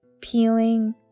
Peeling